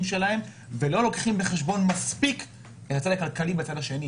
שלהם ולא לוקחים מספיק בחשבון את הצד הכלכלי בצד השני.